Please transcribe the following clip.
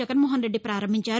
జగన్మోహన్రెడ్డి ప్రారంభించారు